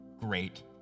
great